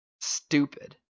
Stupid